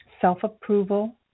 Self-approval